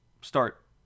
start